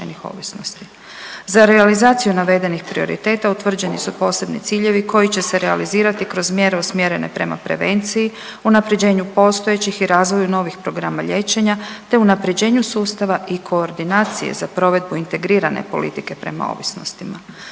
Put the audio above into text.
Za realizaciju navedenih prioriteta utvrđeni su posebni ciljevi koji će se realizirati kroz mjere usmjerene prema prevenciji, unapređenju postojećih i razvoju novih programa liječenja te unapređenju sustava i koordinacije za provedbu integrirane politike prema ovisnostima.